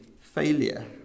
failure